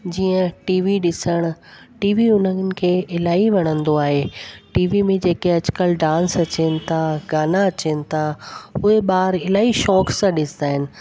जीअं टीवी ॾिसणु टीवी उन्हनि खे इलाही वणंदो आहे टीवी में जेके अॼुकल्ह डांस अचनि था गाना अचनि था उहे ॿार इलाही शौक सां ॾिसंदा आहिनि